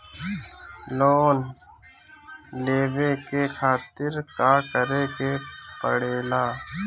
Loan लेवे के खातिर का करे के पड़ेला?